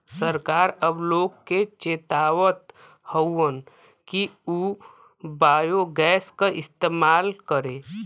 सरकार अब लोग के चेतावत हउवन कि उ बायोगैस क इस्तेमाल करे